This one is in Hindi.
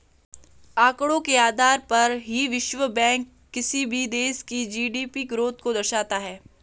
आंकड़ों के आधार पर ही विश्व बैंक किसी भी देश की जी.डी.पी ग्रोथ को दर्शाता है